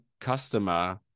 customer